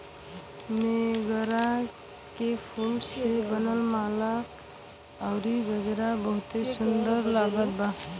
मोगरा के फूल से बनल माला अउरी गजरा बहुते सुन्दर लागत बा